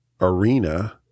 arena